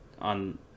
on